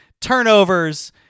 turnovers